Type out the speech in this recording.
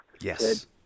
Yes